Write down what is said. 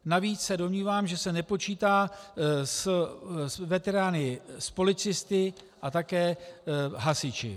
Navíc se domnívám, že se nepočítá s veterány policisty a také hasiči.